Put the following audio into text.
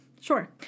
Sure